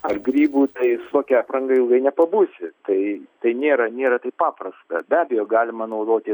ar grybų tai su tokia apranga ilgai nepabusi tai tai nėra nėra taip paprasta be abejo galima naudoti